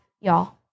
y'all